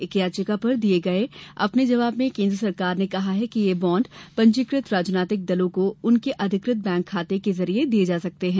एक याचिका पर दिये गये अपने जवाब में केन्द्र सरकार ने कहा है कि यह बॉड पंजीकृत राजनैतिक दलों को उनके अधिकृत बैंक खाते के जरिए दिये जा सकते है